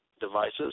devices